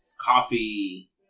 coffee